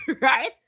right